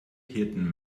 hirten